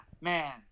man